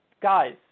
guys